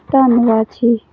ਧੰਨਵਾਦ ਜੀ